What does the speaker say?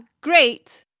great